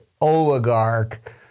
oligarch